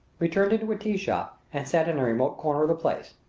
we turned into a tea shop and sat in a remote corner of the place.